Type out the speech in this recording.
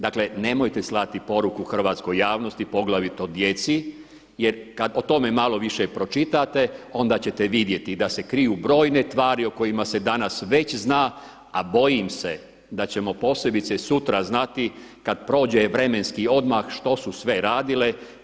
Dakle, nemojte slati poruku hrvatskoj javnosti, poglavito djeci jer kada o tome malo više pročitate onda ćete vidjeti da se kriju brojne tvari o kojima se danas već zna, a bojim se da ćemo posebice sutra znati kada prođe vremenski odmah što su sve radile.